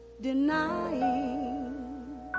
denying